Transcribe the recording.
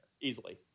Easily